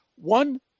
one